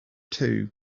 too